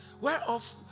Whereof